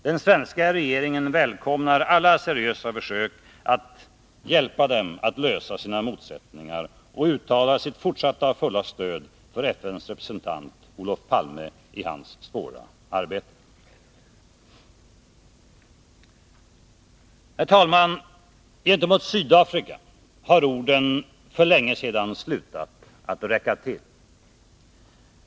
Den svenska regeringen välkomnar alla seriösa försök att hjälpa dem att lösa sina motsättningar, och uttalar sitt fortsatta fulla stöd för FN:s representant Olof Palme i hans svåra arbete. Herr talman! Gentemot Sydafrika har orden för länge sedan slutat räcka till.